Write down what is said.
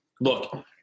Look